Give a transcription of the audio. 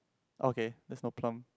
okay there's no plum